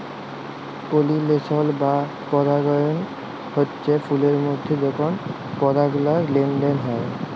পালিলেশল বা পরাগায়ল হচ্যে ফুলের মধ্যে যখল পরাগলার লেলদেল হয়